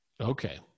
Okay